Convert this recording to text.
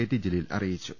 T Jaleel അറിയിച്ചു